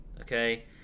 Okay